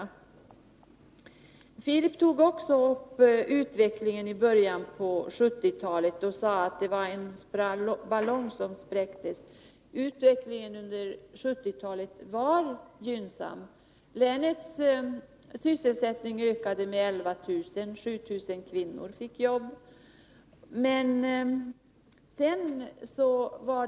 Filip Johansson tog också upp utvecklingen i början på 1970-talet och sade att det var en ballong som spräcktes. Men utvecklingen under 1970-talet var gynnsam. Länets sysselsättning ökade med 11 000, och 7 000 kvinnor fick jobb.